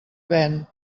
ven